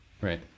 Right